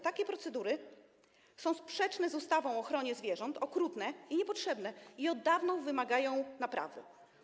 Takie procedury są sprzeczne z ustawą o ochronie zwierząt, okrutne i niepotrzebne i od dawna wymagają naprawy.